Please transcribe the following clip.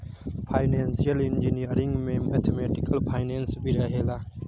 financial engineering में mathematical finance भी रहेला